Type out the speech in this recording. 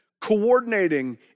coordinating